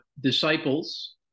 disciples